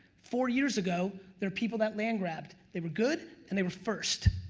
four years ago there are people that land grabbed, they were good and they were first,